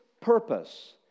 purpose